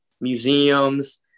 museums